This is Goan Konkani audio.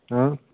आं